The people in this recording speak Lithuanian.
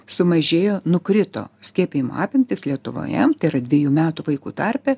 sumažėjo nukrito skiepijimo apimtys lietuvoje tėra dvejų metų vaikų tarpe